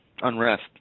unrest